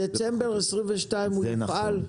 בדצמבר 2022 הוא יפעל?